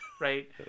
right